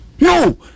No